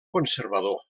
conservador